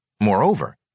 Moreover